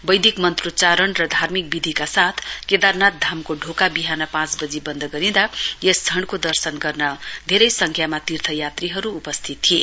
वैदिक मन्त्रीच्चारण र धार्मिक विधिका साथ केदारनाथ धामको ढोका विहान पाँच वजी वन्द गरिँदा यस क्षणके दर्शन गर्न धेरै संख्यामा तार्थय़ात्रीहरु उपस्थित थिए